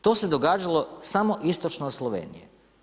To se događalo samo istočno od Slovenije.